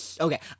Okay